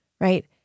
right